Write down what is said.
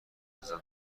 بزن